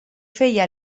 feia